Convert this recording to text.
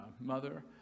mother